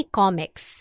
comics